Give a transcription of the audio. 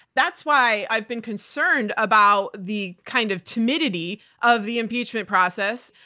that's why i've been concerned about the kind of timidity of the impeachment process.